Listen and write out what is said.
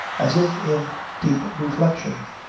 as if in deep reflection,